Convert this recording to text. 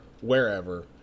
wherever